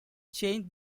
changed